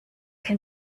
can